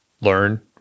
learn